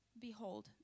Behold